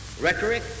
rhetoric